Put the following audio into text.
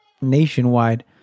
nationwide